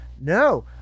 no